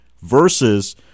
versus